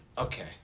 Okay